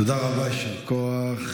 תודה רבה, יישר כוח.